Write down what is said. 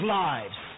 lives